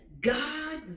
God